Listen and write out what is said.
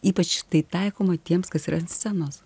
ypač tai taikoma tiems kas yra ant scenos